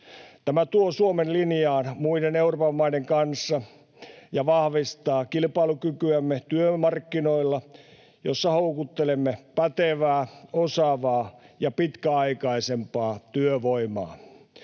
Tämä tuo Suomen linjaan muiden Euroopan maiden kanssa ja vahvistaa kilpailukykyämme työmarkkinoilla, joilla houkuttelemme pätevää, osaavaa ja pitkäaikaisempaa työvoimaa.